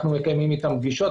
אנחנו מקיימים אתם פגישות.